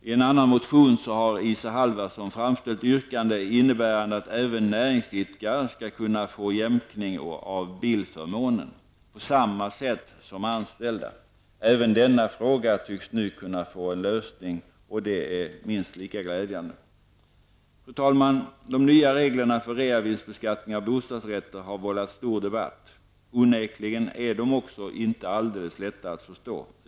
I en annan motion har Isa Halvarsson framställt yrkande innebärande att även näringsidkare skall kunna få jämkning av bilförmånen på samma sätt som anställda. Även denna fråga tycks nu kunna få en lösning, och det är minst lika glädjande. Fru talman! De nya reglerna för reavinstbeskattning av bostadsrätter har vållat stor debatt. Onekligen är de också inte alldeles lätta att förstå.